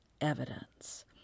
Evidence